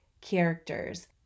characters